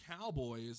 Cowboys